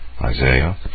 Isaiah